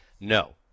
No